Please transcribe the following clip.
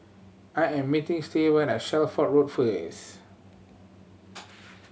I am meeting Stevan at Shelford Road first